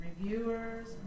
reviewers